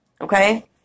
Okay